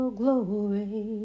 glory